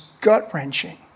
gut-wrenching